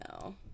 no